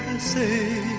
Say